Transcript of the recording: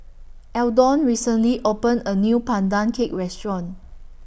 Eldon recently opened A New Pandan Cake Restaurant